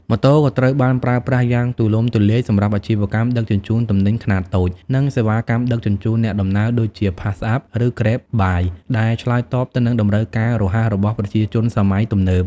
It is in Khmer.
ម៉ូតូក៏ត្រូវបានប្រើប្រាស់យ៉ាងទូលំទូលាយសម្រាប់ អាជីវកម្មដឹកជញ្ជូនទំនិញខ្នាតតូច និង សេវាកម្មដឹកជញ្ជូនអ្នកដំណើរ ដូចជា PassApp ឬ Grab Bike ដែលឆ្លើយតបទៅនឹងតម្រូវការរហ័សរបស់ប្រជាជនសម័យទំនើប ។